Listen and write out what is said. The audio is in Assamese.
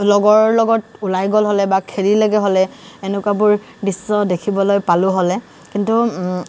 লগৰ লগত ওলাই গ'ল হ'লে বা খেলিলেগৈ হ'লে এনেকুৱাবোৰ দৃশ্য দেখিবলৈ পালোঁ হ'লে কিন্তু